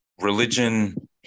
religion